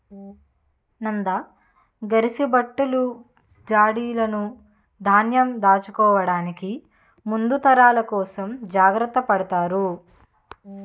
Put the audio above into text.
నంద, గరిసబుట్టలు, జాడీలును ధాన్యంను దాచుకోవడానికి ముందు తరాల కోసం జాగ్రత్త పడతారు